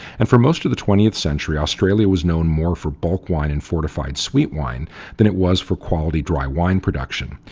and, for most of the twentieth century, australia was known more for bulk wine and fortified sweet wine than it was for quality dry wine production,